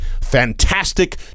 fantastic